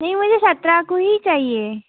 नहीं मुझे सत्रह को ही चाहिए